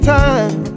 time